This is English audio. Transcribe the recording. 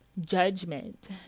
judgment